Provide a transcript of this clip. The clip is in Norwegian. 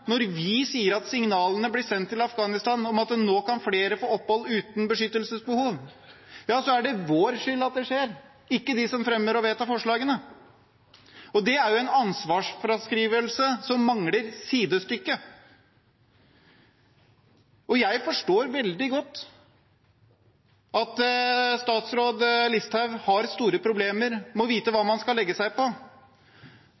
Afghanistan om at nå kan flere få opphold uten beskyttelsesbehov, er det vår skyld at det skjer – ikke de som fremmer og vedtar forslagene. Det er en ansvarsfraskrivelse som mangler sidestykke. Jeg forstår veldig godt at statsråd Listhaug har store problemer med å vite hva